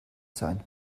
sein